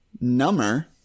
number